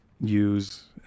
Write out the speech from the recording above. use